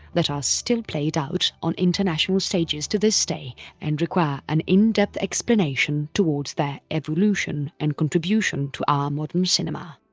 that are still played out on international stages to this day and require an in-depth explanation towards their evolution and contribution to our modern cinema.